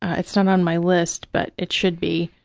it's not on my list but it should be.